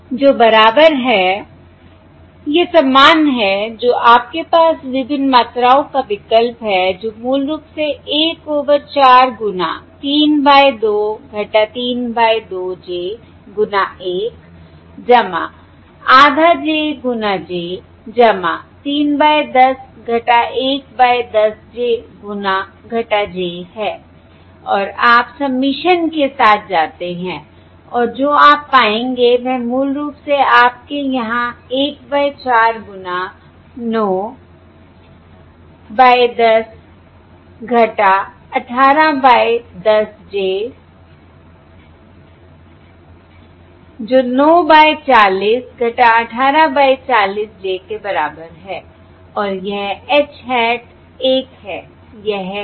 जो बराबर है यह समान है जो आपके पास विभिन्न मात्राओं का विकल्प है जो मूल रूप से 1 ओवर 4 गुणा 3 बाय 2 3 बाय 2 j गुणा 1 आधा j गुणा j 3 बाय 10 1 बाय 10 j गुना j है और आप सबमिशन के साथ जाते हैं और जो आप पाएंगे वह मूल रूप से आपके यहाँ 1 बाय 4 गुना 9 बाय 10 18 बाय 10 j जो 9 बाय 40 - 18 बाय 40 j के बराबर है और यह H hat 1 है यह है